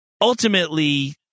ultimately